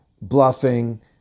bluffing